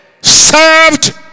served